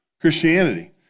Christianity